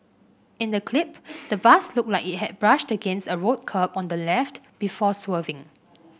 in the clip the bus looked like it had brushed against a road curb on the left before swerving